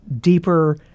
deeper